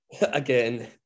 Again